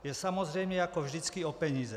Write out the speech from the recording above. Jde samozřejmě jako vždycky o peníze.